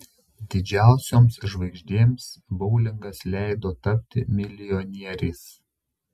didžiausioms žvaigždėms boulingas leido tapti milijonieriais